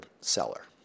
seller